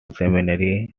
seminary